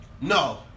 No